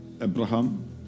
Abraham